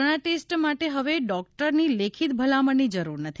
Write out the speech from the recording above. corona test માટે હવે ડોક્ટરની લેખિત ભલામણની જરૂર નથી